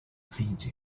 feeds